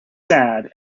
sad